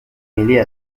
mêlée